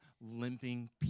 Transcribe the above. limping